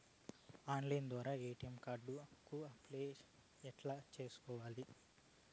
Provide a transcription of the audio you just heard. Online ద్వారా ATM card కు apply ఎట్లా సేసుకోవాలి?